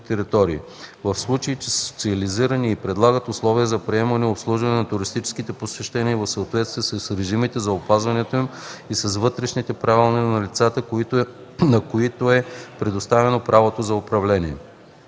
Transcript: територии – в случай че са социализирани и предлагат условия за приемане и обслужване на туристически посещения и в съответствие с режимите за опазването им и с вътрешните правилници на лицата, на които е предоставено правото на управление.